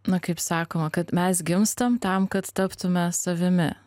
na kaip sakoma kad mes gimstam tam kad taptume savimi